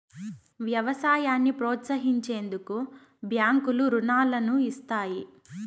వ్యవసాయాన్ని ప్రోత్సహించేందుకు బ్యాంకులు రుణాలను ఇస్తాయి